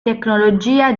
tecnologia